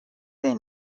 their